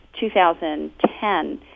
2010